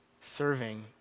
serving